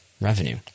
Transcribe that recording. revenue